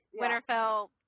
winterfell